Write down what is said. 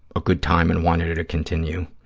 a good time and wanted to continue.